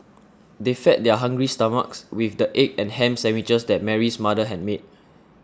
they fed their hungry stomachs with the egg and ham sandwiches that Mary's mother had made